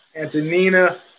Antonina